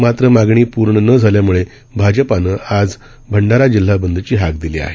मात्र मागणी पूर्ण न झाल्यामुळे भाजपानं आज भंडारा जिल्हा बंदची हाक दिली आहे